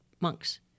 monks